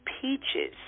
peaches